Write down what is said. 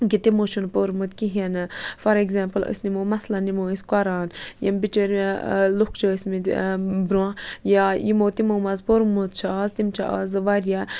کہِ تِمو چھِنہٕ پوٚرمُت کِہیٖنۍ نہٕ فار اٮ۪کزامپٕل أسۍ نِمو مثلاً نِمو أسۍ قران یِم بِچٲرۍ لُکھ چھِ ٲسۍمٕتۍ بروںٛہہ یا یِمو تِمو منٛز پوٚرمُت چھِ اَز تِم چھِ اَز واریاہ